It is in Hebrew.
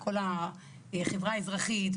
כל הכבוד.